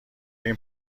ریم